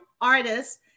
artists